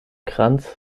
kranz